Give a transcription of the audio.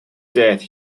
death